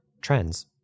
trends